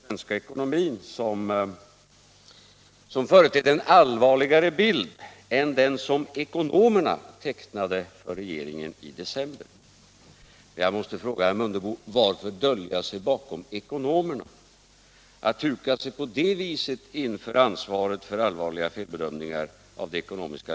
Varför avvisar socialdemokratin den här momshöjningen?